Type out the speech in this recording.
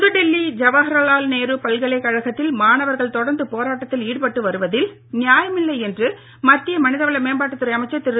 புதுடெல்லி ஜவஹர்லால் நேரு பல்கலைக்கழகத்தில் மாணவர்கள் தொடர்ந்து போராட்டத்தில் ஈடுபட்டு வருவதில் நியாயமில்லை என்று மத்திய மனிதவள மேம்பாட்டுத்துறை அமைச்சர் திரு